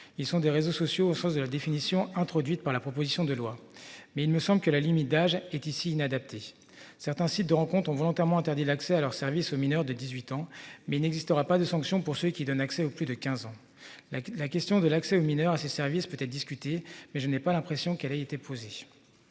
Ils sont des réseaux sociaux aux choses est la définition introduite par la proposition de loi, mais il me semble que la limite d'âge est ici inadapté. Certains sites de rencontre ont volontairement interdit l'accès à leurs services aux mineurs de 18 ans mais n'existera pas de sanctions pour celui qui donne accès au plus de 15 ans. La la question de l'accès aux mineurs à ce service peut être discutée mais je n'ai pas l'impression qu'elle a été posée.